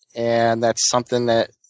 and that's something that